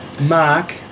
Mark